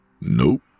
Nope